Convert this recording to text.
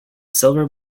silver